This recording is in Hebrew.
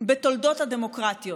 בתולדות הדמוקרטיות,